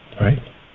right